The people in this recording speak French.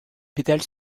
pétales